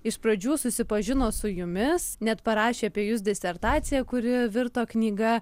iš pradžių susipažino su jumis net parašė apie jus disertaciją kuri virto knyga